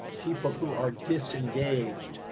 people who are disengaged,